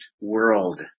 world